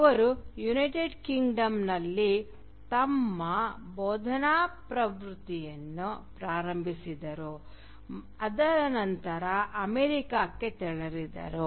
ಅವರು ಯುನೈಟೆಡ್ ಕಿಂಗ್ಡಂನಲ್ಲಿ ತಮ್ಮ ಬೋಧನಾ ವೃತ್ತಿಯನ್ನು ಪ್ರಾರಂಭಿಸಿದರು ಆದರ ನಂತರ ಅಮೆರಿಕಕ್ಕೆ ತೆರಳಿದರು